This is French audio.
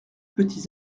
petits